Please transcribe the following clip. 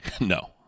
No